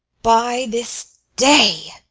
by this day!